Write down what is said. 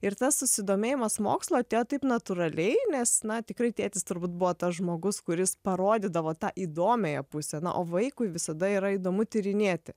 ir tas susidomėjimas mokslu atėjo taip natūraliai nes na tikrai tėtis turbūt buvo tas žmogus kuris parodydavo tą įdomiąją pusę na o vaikui visada yra įdomu tyrinėti